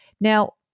Now